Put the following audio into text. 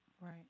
right